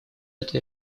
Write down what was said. этого